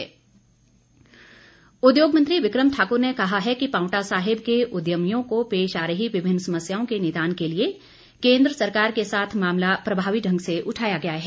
become Singh उद्योग मंत्री विक्रम ठाक्र ने कहा है कि पावंटा साहिब के उद्यमियों को पेश आ रही विभिन्न समस्याओं के निदान के लिए केंद्र सरकार के साथ मामला प्रभावी ढंग से उठाया गया है